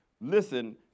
Listen